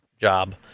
job